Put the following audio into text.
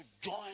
join